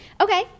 okay